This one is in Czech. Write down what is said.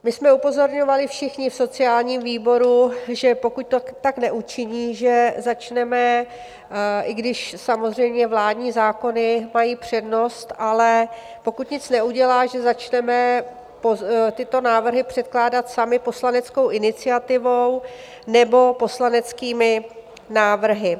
My jsme upozorňovali všichni v sociálním výboru, že pokud tak neučiní, že začneme, i když samozřejmě vládní zákony mají přednost, ale pokud nic neudělá, že začneme tyto návrhy předkládat sami poslaneckou iniciativou nebo poslaneckými návrhy.